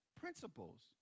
Principles